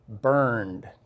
burned